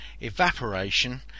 evaporation